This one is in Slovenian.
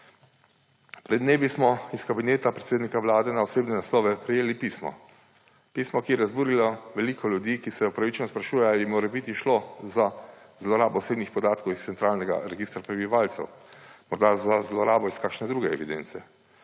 Pred dnevi smo iz kavinega predsednika Vlade na osebne naslove prejeli pismo, pismo ki je razburilo veliko ljudi, ki se opravičeno sprašuje ali je morebiti šlo za zlorabo osebnih podatkov iz centralnega registrska prebivalcev, morda za zlorabo iz kakšne druge evidence.